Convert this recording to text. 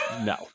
No